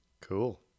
Cool